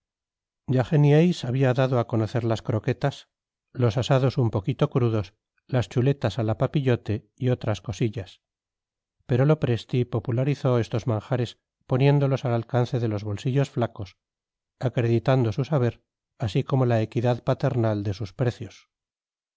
ya genieys había dado a conocer las croquetas los asados un poquito crudos las chuletas a la papillote y otras cosillas pero lopresti popularizó estos manjares poniéndolos al alcance de los bolsillos flacos acreditando su saber así como la equidad paternal de sus precios